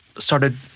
started